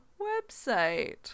website